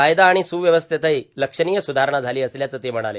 कायदा आर्गाण सुव्यवस्थेतही लक्षणीय सुधारणा झालो असल्याचं ते म्हणाले